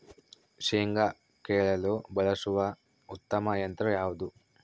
ಶೇಂಗಾ ಕೇಳಲು ಬಳಸುವ ಉತ್ತಮ ಯಂತ್ರ ಯಾವುದು?